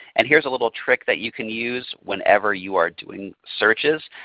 and here's a little trick that you can use whenever you are doing searches.